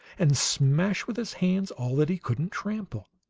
and smash with his hands all that he couldn't trample.